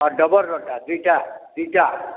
ହଁ ଡବଲ୍ଟା ଦୁଇ'ଟା ଦୁଇ'ଟା